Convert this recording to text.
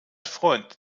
freund